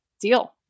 deal